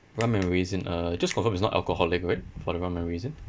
rum and raisin uh just confirm it's not alcoholic right for the rum and raisin